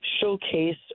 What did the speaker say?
showcase